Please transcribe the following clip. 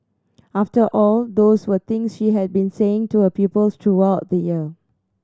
after all those were things she had been saying to her pupils throughout the year